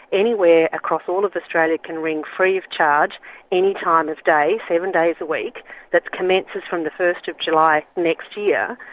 anywhere across all of australia can ring free of charge any time of day, seven days a week that commences from the first july next year,